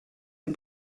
dem